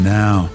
now